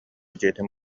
дьиэтин